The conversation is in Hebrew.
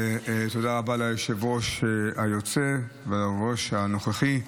תודה ליושב-ראש היוצא וליושב-ראש הנוכחי.